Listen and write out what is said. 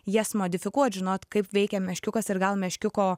jas modifikuot žinot kaip veikia meškiukas ir gal meškiuko